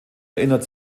erinnert